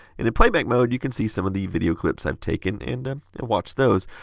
and in playback mode, you can see some of the video clips i've taken and watch those.